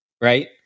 right